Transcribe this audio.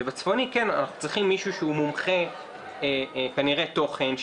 ובצפוני אנחנו צריכים מישהו שהוא מומחה כנראה תוכן,